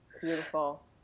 Beautiful